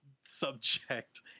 subject